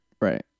right